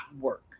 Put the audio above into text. work